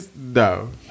no